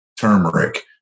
turmeric